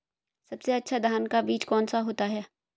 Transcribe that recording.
सबसे अच्छा धान का बीज कौन सा होता है?